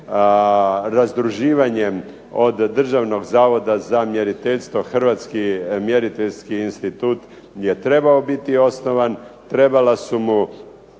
Razdruživanjem od Državnog zavoda za mjeriteljstvo Hrvatski mjeriteljski institut je trebao biti osnovan, trebala su mu